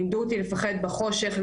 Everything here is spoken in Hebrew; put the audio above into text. לימדו אותי לפחד בחושך,